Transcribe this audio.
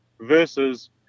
Versus